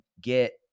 get